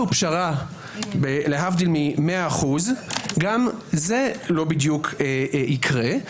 פשרה להבדיל מ-100% גם זה לא בדיוק יקרה,